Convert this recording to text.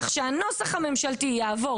כך שהנוסח הממשלתי יעבור